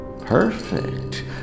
Perfect